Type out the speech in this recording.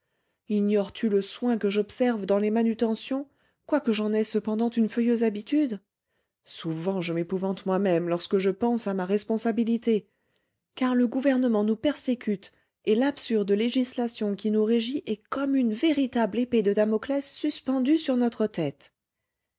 ignores-tu le soin que j'observe dans les manutentions quoique j'en aie cependant une furieuse habitude souvent je m'épouvante moi-même lorsque je pense à ma responsabilité car le gouvernement nous persécute et l'absurde législation qui nous régit est comme une véritable épée de damoclès suspendue sur notre tête